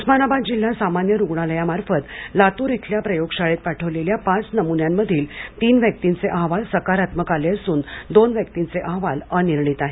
उस्मानाबाद जिल्हा सामान्य रुग्णालय मार्फत लातूर येथील प्रयोगशाळेत पाठवलेल्या पाचनमुन्यांमधील तीन व्यक्तीचे अहवाल सकारात्मक आले असून दोन व्यक्तीचे अहवाल अनिर्णीत आहेत